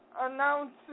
announcing